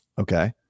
Okay